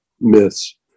myths